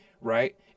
right